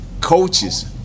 Coaches